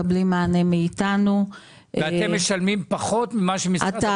מקבלים מענה מאיתנו --- ואתם משלמים פחות ממה שמשרד הבריאות משלם.